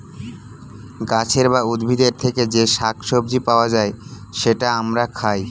গাছের বা উদ্ভিদের থেকে যে শাক সবজি পাওয়া যায়, সেটা আমরা খাই